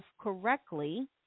correctly